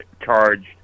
charged